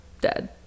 dead